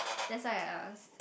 that's why I ask